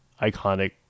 iconic